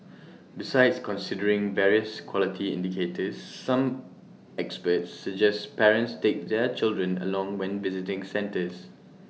besides considering various quality indicators some experts suggest parents take their children along when visiting centres